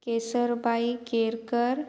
Kesarbhai Kerkar